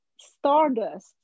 stardust